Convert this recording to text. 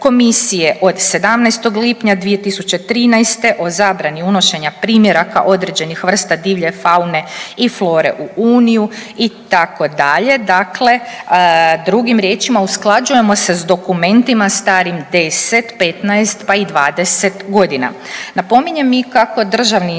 komisije od 17. lipnja 2013. o zabrani unošenja primjeraka određenih vrsta divlje faune i flore u uniju itd., dakle drugim riječima usklađujemo se s dokumentima starim 10, 15, pa i 20.g. Napominjem i kako državni inspektorat